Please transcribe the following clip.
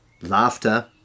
laughter